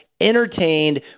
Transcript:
entertained